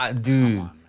Dude